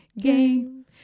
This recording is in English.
game